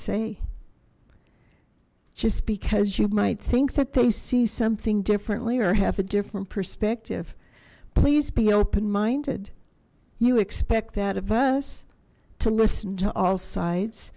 say just because you might think that they see something differently or have a different perspective please be open minded you expect that of us to listen to all sides